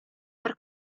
per